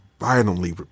violently